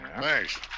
Thanks